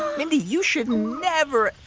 mindy, you should never,